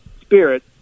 spirit